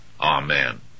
amen